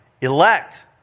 elect